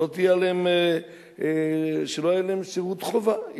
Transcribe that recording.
שלא יהיה להם שירות חובה,